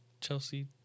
Chelsea